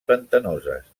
pantanoses